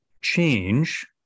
change